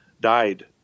died